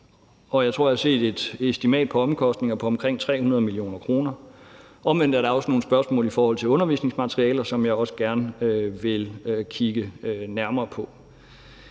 Jeg tror, jeg har set et estimat på omkostninger på omkring 300 mio. kr. Den anden ting er, at der også er nogle spørgsmål om undervisningsmaterialer, som jeg også gerne vil kigge nærmere på.